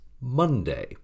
Monday